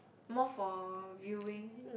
more for viewing